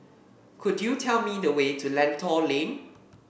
could you tell me the way to Lentor Lane